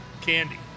candy